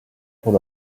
pour